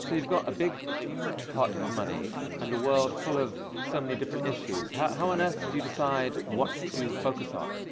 so, you've got a big pot of money and a world full of so many different issues. how how on earth do you decide what to focus on?